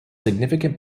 significant